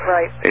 Right